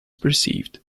perceived